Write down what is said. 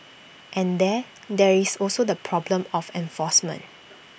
and then there is also the problem of enforcement